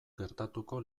gertatuko